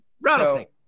rattlesnake